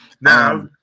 Now